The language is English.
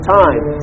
time